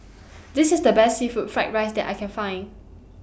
This IS The Best Seafood Fried Rice that I Can Find